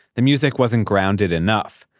the music wasn't grounded enough.